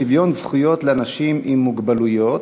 לשוויון זכויות לאנשים עם מוגבלויות.